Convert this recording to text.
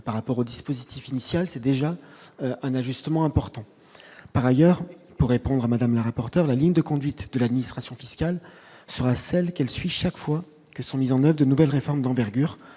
par rapport au dispositif initial, c'est déjà un ajustement important par ailleurs pour répondre à Madame la rapporteure, la ligne de conduite de l'administration fiscale sur celle qu'elle suit chaque fois que sont mis en grève, de nouvelles réformes d'envergure